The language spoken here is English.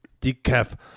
Decaf